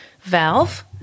valve